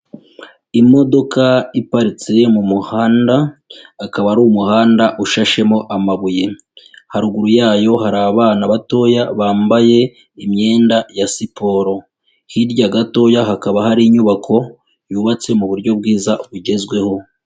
Imodoka iparitse mu muhanda, akaba ari umuhanda ushashemo amabuye, haruguru yayo hari abana batoya bambaye imyenda ya siporo, hirya gatoya hakaba hari inyubako yubatse mu buryo bwiza bugezweho.